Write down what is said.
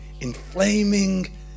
inflaming